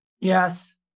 Yes